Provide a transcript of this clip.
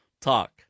talk